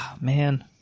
man